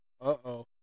Uh-oh